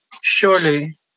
Surely